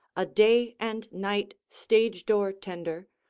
a day and night stage door tender,